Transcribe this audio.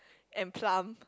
and plum